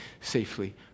safely